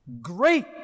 great